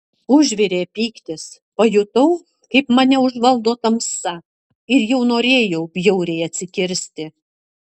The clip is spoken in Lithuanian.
užvirė pyktis pajutau kaip mane užvaldo tamsa ir jau norėjau bjauriai atsikirsti